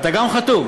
אתה גם חתום?